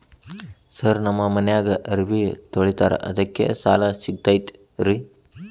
Sir ನಮ್ಮ ಮನ್ಯಾಗ ಅರಬಿ ತೊಳಿತಾರ ಅದಕ್ಕೆ ಸಾಲ ಸಿಗತೈತ ರಿ?